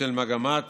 בשל מגמת